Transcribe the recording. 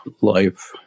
life